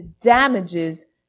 damages